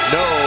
no